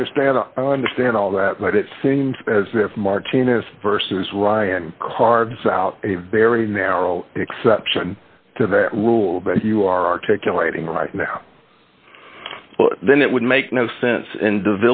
understand i understand all that but it seems as if martinez versus ryan carves out a very narrow exception to that rule but you are articulating right now then it would make no sense in